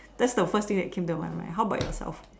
that's the first thing that came to my mind how about yourself